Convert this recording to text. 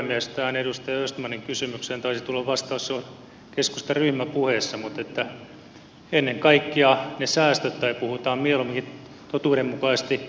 tähän edustaja östmanin kysymykseen taisi tulla vastaus jo keskustan ryhmäpuheessa mutta ennen kaikkea ne säästöt tai puhutaan mieluumminkin totuudenmukaisesti